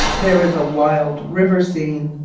there is a wild river scene.